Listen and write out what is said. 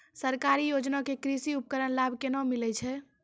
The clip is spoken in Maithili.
सरकारी योजना के कृषि उपकरण लाभ केना मिलै छै?